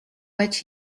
which